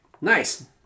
Nice